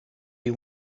you